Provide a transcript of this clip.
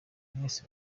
mwese